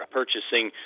purchasing